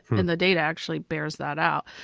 and the data actually bears that out.